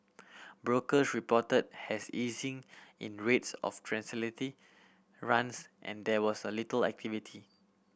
brokers reported has easing in rates of transatlantic runs and there was a little activity